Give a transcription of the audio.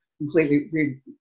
completely